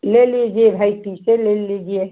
ले लीजिए भाई तीसै ले लीजिए